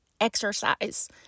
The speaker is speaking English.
exercise